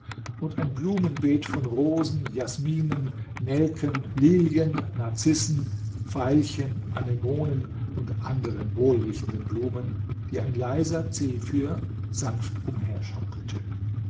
und ein blumenbeet von rosen jasminen nelken lilien narzissen veilchen anemonen und anderen wohlriechenden blumen die ein leiser zephyr sanft